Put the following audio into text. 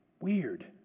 weird